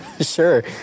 Sure